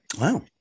Wow